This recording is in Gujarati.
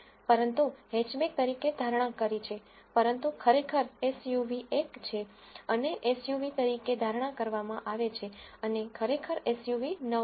પરંતુ હેચબેક તરીકે ધારણા કરી છે પરંતુ ખરેખર એસયુવી એક છે અને એસયુવી તરીકે ધારણા કરવામાં આવે છે અને ખરેખર એસયુવી 9 છે